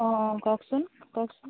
অঁ অঁ কওকচোন কওকচোন